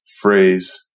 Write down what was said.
phrase